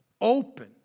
Open